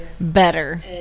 Better